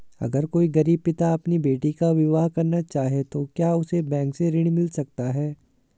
अगर कोई गरीब पिता अपनी बेटी का विवाह करना चाहे तो क्या उसे बैंक से ऋण मिल सकता है?